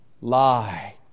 Lie